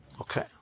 Okay